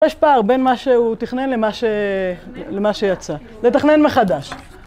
יש פער בין מה שהוא תכנן למה שיצא. נתכנן מחדש.